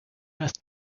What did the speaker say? must